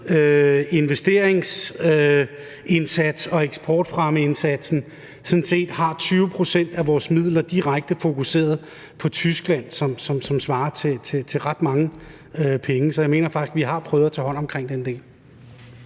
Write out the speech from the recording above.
investeringsindsatsen og eksportfremmeindsatsen sådan set har 20 pct. af vores midler direkte fokuseret på Tyskland, og det svarer til ret mange penge. Så jeg mener faktisk, at vi har prøvet at tage hånd om den del.